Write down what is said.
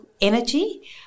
energy